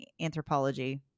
Anthropology